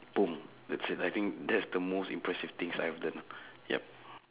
boom that's it I think that's the most impressive things I have learned yup